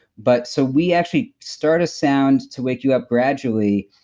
but so we actually start a sound to wake you up gradually.